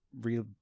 real